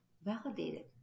Validated